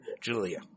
Julia